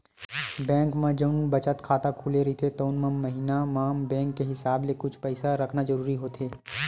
bank म जउन बचत खाता खुले रहिथे तउन म महिना म बेंक के हिसाब ले कुछ पइसा रखना जरूरी होथे